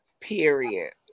Period